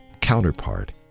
counterpart